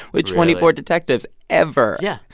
with twenty four detectives ever yeah.